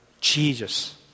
Jesus